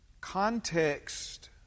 Context